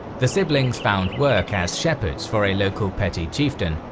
the siblings found work as shepherds for a local petty chieftain,